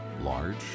Large